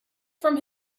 from